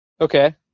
Okay